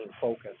focus